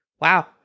wow